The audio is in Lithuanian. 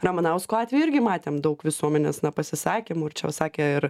ramanausko atveju irgi matėm daug visuomenės na pasisakymų ir čia sakė ir